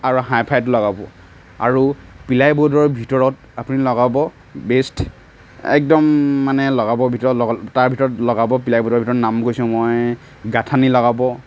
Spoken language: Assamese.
আৰু হাই ফাইটো লগাব আৰু পিলাই বৰ্ডৰ ভিতৰত আপুনি লগাব বেষ্ট একদম মানে লগাব ভিতৰত লগ তাৰ ভিতৰত লগাব প্লাই বৰ্ডৰ ভিতৰত নাম কৈছোঁ মই গাঁথানী লগাব